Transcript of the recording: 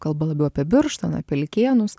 kalba labiau apie birštoną apie likėnus